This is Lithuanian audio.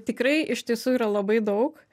tikrai iš tiesų yra labai daug